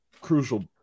crucial